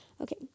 Okay